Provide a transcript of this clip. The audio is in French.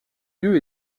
lieu